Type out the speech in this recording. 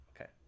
okay